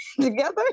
together